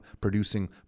producing